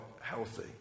healthy